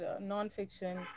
non-fiction